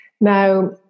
Now